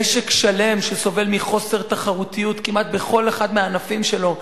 משק שלם שסובל מחוסר תחרותיות כמעט בכל אחד מהענפים שלו,